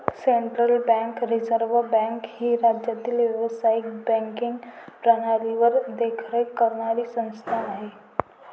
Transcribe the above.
central bank reserve bank ही राज्य व्यावसायिक बँकिंग प्रणालीवर देखरेख करणारी संस्था आहे